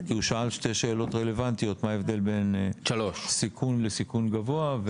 כי הוא שאל שתי שאלות רלוונטיות: מה ההבדל בין סיכון לסיכון גבוה.